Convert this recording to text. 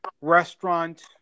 restaurant